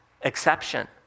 exception